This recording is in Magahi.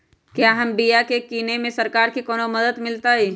क्या हम बिया की किने में सरकार से कोनो मदद मिलतई?